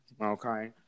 okay